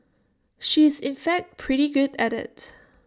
she is in fact pretty good at IT